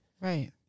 Right